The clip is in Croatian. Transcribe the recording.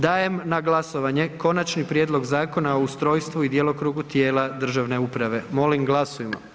Dajem na glasovanje Konačni prijedlog Zakona o ustrojstvu i djelokrugu tijela državne uprave, molim glasujmo.